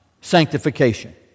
sanctification